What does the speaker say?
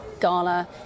gala